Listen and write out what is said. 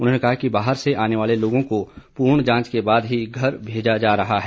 उन्होंने कहा कि बाहर से आने वाले लोगों को पूर्ण जांच के बाद ही घर भेजा जा रहा है